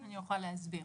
כן, אני אוכל להסביר.